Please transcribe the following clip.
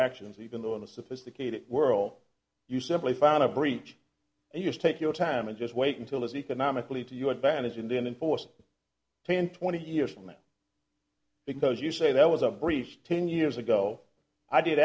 actions even though in a sophisticated world you simply found a breach and just take your time and just wait until it's economically to your advantage and then enforce ten twenty years from now because you say that was a breach ten years ago i did